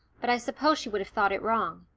but i suppose she would have thought it wrong.